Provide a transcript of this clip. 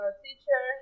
teacher